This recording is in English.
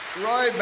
Roy